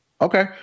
Okay